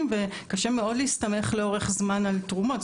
וקשה מאוד להסתמך לאורך זמן על תרומות,